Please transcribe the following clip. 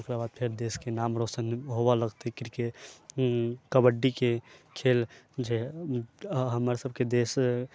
तऽ फेर देशके नाम रौशन होबऽ लगतै क्रिकेटके कबड्डीके खेल जे हमर सबके देश